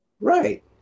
Right